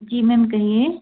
जी ma'am कहिए